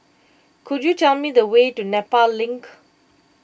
could you tell me the way to Nepal Link